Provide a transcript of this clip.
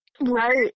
Right